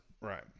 Right